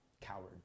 Coward